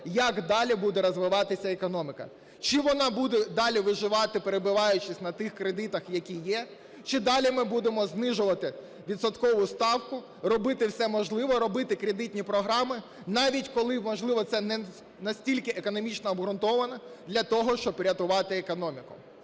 як далі буде розвиватися економіки. Чи вона буде далі виживати, перебиваючись на тих кредитах, які є, чи далі ми будемо знижувати відсоткову ставку, робити все можливе, робити кредитні програми, навіть коли, можливо це не настільки економічно обґрунтовано, для того, щоб рятувати економіку.